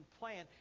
plan